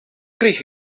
kreeg